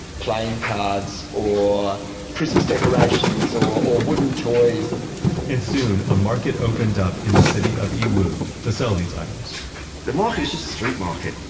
playing cards or christmas decorations or or wooden toys and soon a market opened up, in the city of yiwu, to sell these items the market is just a street market.